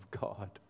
God